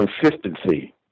consistency